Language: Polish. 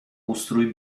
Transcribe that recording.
ustrój